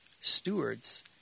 stewards